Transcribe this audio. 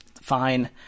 fine